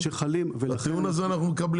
את הטיעון הזה אנחנו מקבלים.